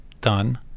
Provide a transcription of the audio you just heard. done